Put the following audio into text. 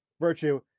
virtue